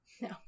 No